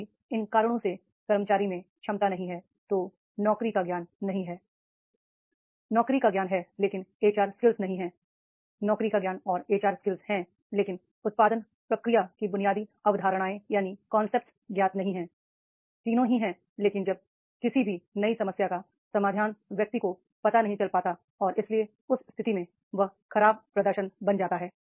यदि इन कारणों से कर्मचारी सक्षम नहीं है तो नौकरी का ज्ञान नहीं है नौकरी का ज्ञान है लेकिन एचआर स्किल्स नहीं है नौकरी का ज्ञान और एचआर स्किल्स हैं लेकिन उत्पादन प्रक्रिया की बुनियादी अवधारणाएं ज्ञात नहीं हैं तीनों ही हैं लेकिन जब किसी भी नई समस्या का समाधान व्यक्ति को पता नहीं चल पाता है और इसलिए उस स्थिति में यह खराब प्रदर्शन बन जाता है